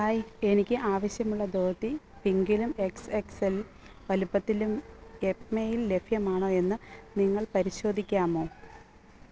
hi എനിക്ക് ആവശ്യമുള്ള ധോതി പിങ്കിലും എക്സ് എക്സ് എൽ വലുപ്പത്തിലും യെപ്മേയിൽ ലഭ്യമാണോ എന്ന് നിങ്ങൾക്ക് പരിശോധിക്കാമോ